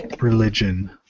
religion